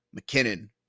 McKinnon